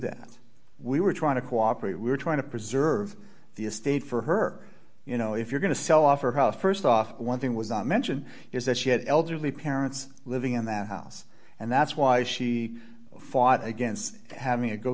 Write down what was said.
that we were trying to cooperate we're trying to preserve the estate for her you know if you're going to sell off her house st off one thing was mention is that she had elderly parents living in that house and that's why she fought against having a go